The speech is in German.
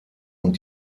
und